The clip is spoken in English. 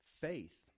faith